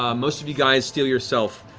um most of you guys steel yourself.